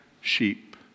sheep